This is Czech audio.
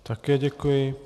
Také děkuji.